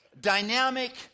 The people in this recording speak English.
dynamic